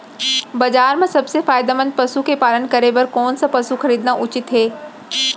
बजार म सबसे फायदामंद पसु के पालन करे बर कोन स पसु खरीदना उचित हे?